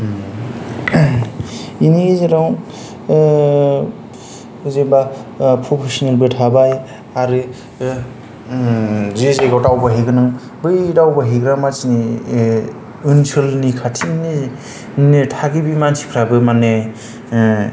बेनि गेजेराव जेनेबा प्रफेसिनेलबो थाबाय आरो जे जायगायाव दावबाय हैगोन नों बे दावबायहैगोन ओनसोलनि खाथिनि थागिबि मानसिफ्राबो मानि